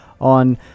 on